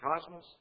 cosmos